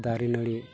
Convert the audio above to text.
ᱫᱟᱨᱮ ᱱᱟᱹᱲᱤ